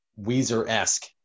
weezer-esque